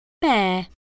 Bear